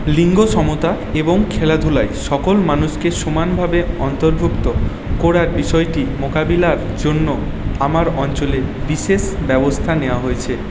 লিঙ্গ সমতা এবং খেলাধূলায় সকল মানুষকে সমানভাবে অন্তর্ভুক্ত করার বিষয়টি মোকাবিলার জন্য আমার অঞ্চলে বিশেষ ব্যবস্থা নেওয়া হয়েছে